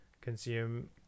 consume